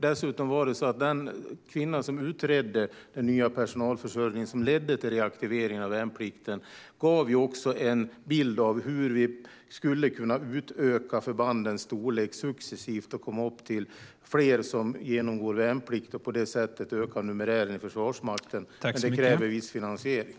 Dessutom var det så att den kvinna som utredde den nya personalförsörjningen som ledde till reaktivering av värnplikten också gav en bild av hur vi skulle kunna utöka förbandens storlek successivt och komma upp till fler som genomgår värnplikt och på det sättet öka numerären i Försvarsmakten. Det kräver dock viss finansiering.